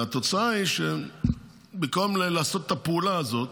והתוצאה היא שבמקום לעשות את הפעולה הזאת